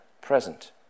present